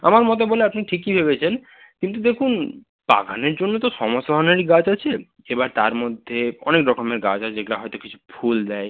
আমার মতে বলে আপনি ঠিকই ভেবেছেন কিন্তু দেখুন বাগানের জন্য তো সমস্ত ধরনেরই গাছ আছে এবার তার মধ্যে অনেক রকমের গাছ আছে যেগুলো হয়তো কিছু ফুল দেয়